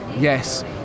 yes